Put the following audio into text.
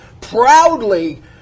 proudly